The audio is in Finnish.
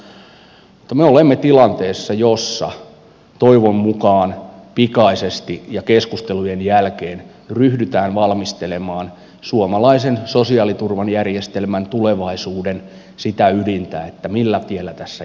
mutta me olemme tilanteessa jossa toivon mukaan pikaisesti ja keskustelujen jälkeen ryhdytään valmistelemaan suomalaisen sosiaaliturvajärjestelmän tulevaisuuden sitä ydintä millä tiellä tässä jatketaan